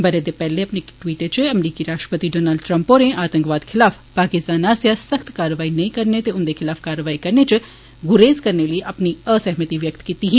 बरे दे पैहले अपने टवीट इच अमरीकी राष्ट्रपति डोनाल्ड ट्रम्प होरें आंतकवाद खिलाफ पाकिस्तान आस्सेया सख्त कार्यवाई नेंई करने ते उन्दे खिलाफ कारवाई करने इच गुरेज करने लेई अपनी असहमति व्यक्त कीत्ती ही